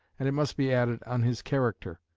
and, it must be added, on his character.